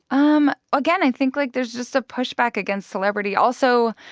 um again, i think, like, there's just a pushback against celebrity. also,